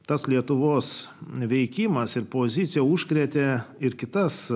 tas lietuvos veikimas ir pozicija užkrėtė ir kitas